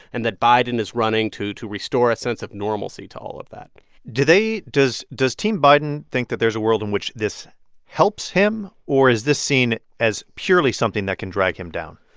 and that biden is running to to restore a sense of normalcy to all of that do they does does team biden think that there's a world in which this helps him or is this seen as purely something that can drag him down?